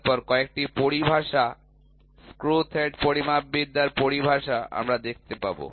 তারপর কয়েকটি পরিভাষা স্ক্রু থ্রেড পরিমাপবিদ্যার পরিভাষা আমরা দেখতে পাব